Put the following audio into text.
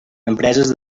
empreses